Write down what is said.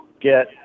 get